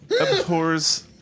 abhors